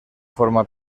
forma